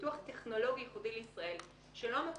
הצעת החוק כוללת, בין